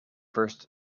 first